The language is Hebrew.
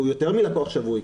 הוא יותר מלקוח שבוי.